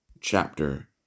chapter